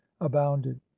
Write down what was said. abounded